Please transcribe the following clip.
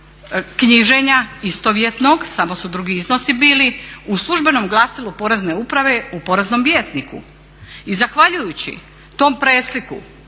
knjiženja istovjetnog, samo su drugi iznosi bili u Službenom glasilu Porezne uprave u Poreznom vjesniku. I zahvaljujući tom presliku